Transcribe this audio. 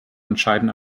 entscheiden